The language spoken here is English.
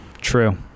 True